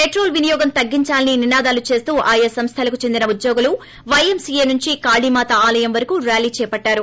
petrol వినియోగం తగ్గించాలని నినాదాలు చేస్తూ ఆయా సంస్లలకు చెందిన ఉద్యోగులు వైఎంసీఎ నుంచి నుంచి కాళీమాత ఆలయం వరకూ ర్యాలీ చేపట్టారు